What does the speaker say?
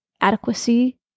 adequacy